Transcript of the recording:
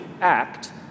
act